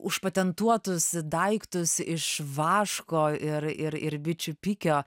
užpatentuotus daiktus iš vaško ir ir ir bičių pikio